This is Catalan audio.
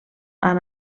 han